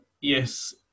yes